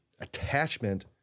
attachment